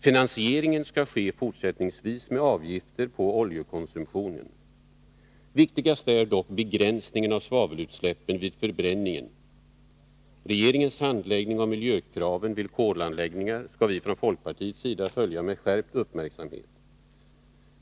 Finansieringen skall fortsättningsvis ske genom avgifter på oljekonsumtionen. Viktigast är dock begränsningen av svavelutsläppen vid förbränning. Regeringens handläggning av frågan om miljökraven vid kolanläggningar skall vi från folkpartiets sida följa med skärpt uppmärksamhet.